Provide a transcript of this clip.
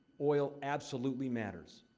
oil absolutely matters.